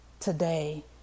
today